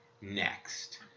next